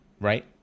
right